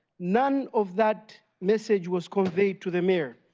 none of that messagewas conveyed to the mayor.